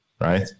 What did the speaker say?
right